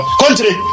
country